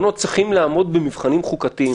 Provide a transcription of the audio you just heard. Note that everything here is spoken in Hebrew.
שצריכות לעמוד במבחנים חוקתיים.